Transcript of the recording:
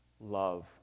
love